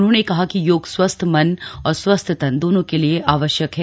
उन्होंने कहा कि योग स्वस्थ मन और स्वस्थ तन दोनो के लिए आवश्यक है